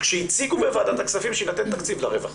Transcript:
כשהציגו בוועדת הכספים שיינתן תקציב לרווחה,